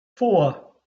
four